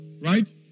Right